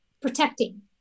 protecting